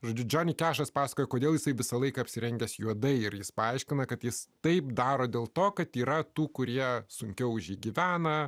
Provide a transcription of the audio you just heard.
žodžiu džoni kešas pasakoja kodėl jisai visą laiką apsirengęs juodai ir jis paaiškina kad jis taip daro dėl to kad yra tų kurie sunkiau už jį gyvena